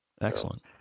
Excellent